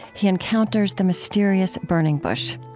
he encounters the mysterious burning bush.